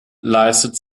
leistet